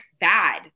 bad